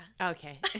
Okay